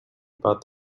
about